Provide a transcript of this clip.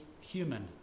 human